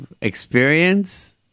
experience